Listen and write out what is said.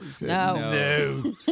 No